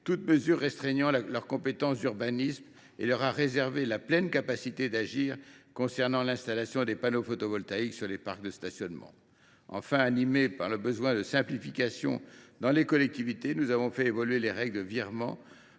toute mesure restreignant leurs compétences en matière d’urbanisme et leur a réservé la pleine capacité d’agir concernant l’installation de panneaux photovoltaïques sur les parcs de stationnement. Enfin, animés par le besoin de simplification exprimé par les collectivités, nous avons fait évoluer les règles de virement